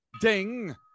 ding